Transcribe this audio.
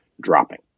dropping